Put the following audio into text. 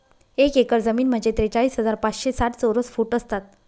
एक एकर जमीन म्हणजे त्रेचाळीस हजार पाचशे साठ चौरस फूट असतात